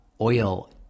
oil